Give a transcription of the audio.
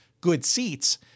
goodseats